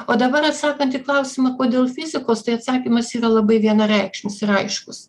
o dabar atsakant į klausimą kodėl fizikos tai atsakymas yra labai vienareikšmis ir aiškus